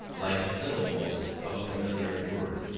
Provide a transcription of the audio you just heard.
like the syllables of a familiar word,